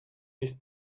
nicht